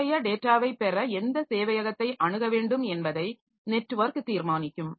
தொடர்புடைய டேட்டாவைப் பெற எந்த சேவையகத்தை அணுக வேண்டும் என்பதை நெட்வொர்க் தீர்மானிக்கும்